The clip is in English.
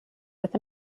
with